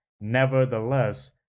Nevertheless